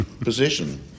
position